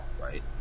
right